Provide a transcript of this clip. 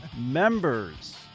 members